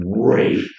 great